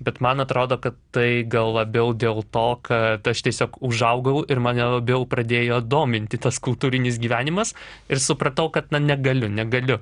bet man atrodo kad tai gal labiau dėl to kad aš tiesiog užaugau ir mane labiau pradėjo dominti tas kultūrinis gyvenimas ir supratau kad negaliu negaliu